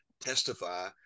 Testify